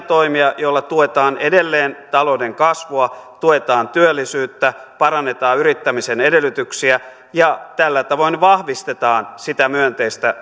toimia joilla tuetaan edelleen talouden kasvua tuetaan työllisyyttä parannetaan yrittämisen edellytyksiä ja tällä tavoin vahvistetaan sitä myönteistä